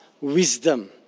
wisdom